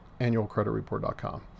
annualcreditreport.com